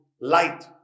light